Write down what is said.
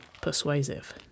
persuasive